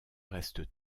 reste